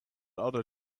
other